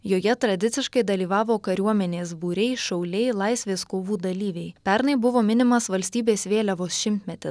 joje tradiciškai dalyvavo kariuomenės būriai šauliai laisvės kovų dalyviai pernai buvo minimas valstybės vėliavos šimtmetis